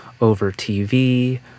over-TV